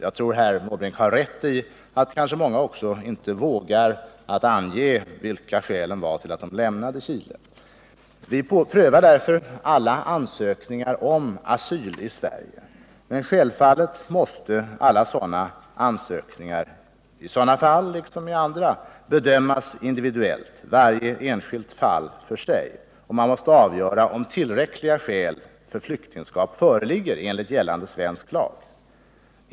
Jag tror att herr Måbrink har rätt i att många inte vågar ange skälen till att de lämnade Chile. Vi prövar därför alla ansökningar om asyl i Sverige för sådana flyktingar. Men självfallet måste alla sådana ansökningar — i dessa fall liksom i andra — bedömas individuellt, varje enskilt fall för sig, och man måste avgöra om tillräckliga skäl för flyktingskap föreligger enligt gällande svensk lag.